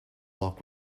walk